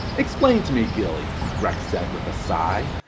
explain to me, gilly, breck said with a sigh,